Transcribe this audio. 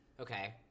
Okay